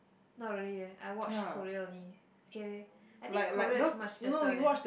not really eh I watch Korea only okay leh I think Korea is much better that's